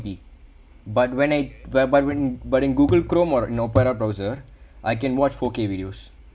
but when I but but when but in google chrome or in opera browser I can watch four K videos